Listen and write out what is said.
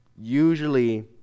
usually